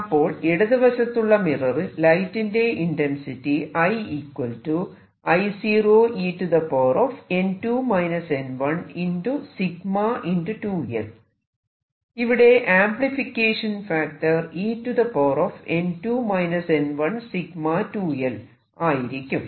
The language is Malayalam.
അപ്പോൾ ഇടത് വശത്തുള്ള മിററിൽ ലൈറ്റിന്റെ ഇന്റെൻസിറ്റി ഇവിടെ ആംപ്ലിഫിക്കേഷൻ ഫാക്ടർ ആയിരിക്കും